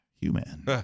Human